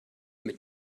mit